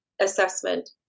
assessment